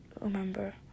remember